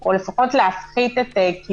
או לפחות להפחית אותה.